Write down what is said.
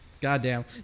Goddamn